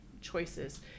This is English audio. choices